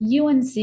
UNC